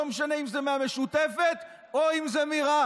לא משנה אם זה מהמשותפת או אם זה רע"מ.